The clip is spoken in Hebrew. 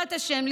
בעזרת השם,